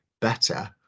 better